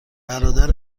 برادر